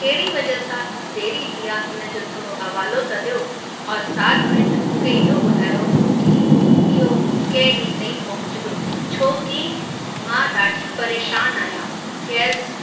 कहिड़ी वजह सां देरी थी आहे हिन जो थोरो हवालो त ॾियो औरि साथ में मूंखे इहो ॿुधायो की इहो कंहिं ॾींहं ताईं पहुचंदो छो की मां ॾाढी परेशान आहियां गैस